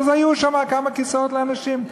אז היו שם כמה כיסאות לנשים.